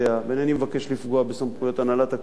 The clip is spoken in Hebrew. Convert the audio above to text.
ואינני מבקש לפגוע בסמכויות הנהלת הקואליציה,